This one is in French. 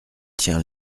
tient